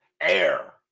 air